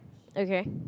okay